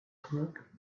crook